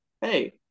hey